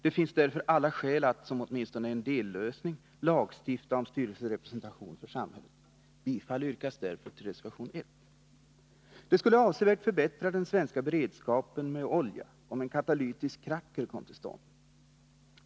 Det finns därför alla skäl att, åtminstone som en dellösning, lagstifta om styrelserepresentation för samhället i oljebolagen. Jag yrkar därför bifall till reservation 1. Det skulle avsevärt förbättra den svenska beredskapen på oljeområdet om en katalytisk kracker kom till stånd.